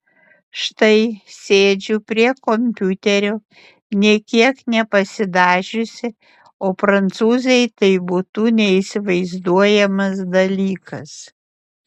štai sėdžiu prie kompiuterio nė kiek nepasidažiusi o prancūzei tai būtų neįsivaizduojamas dalykas